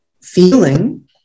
feeling